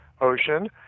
ocean